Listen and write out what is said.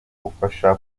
ufasha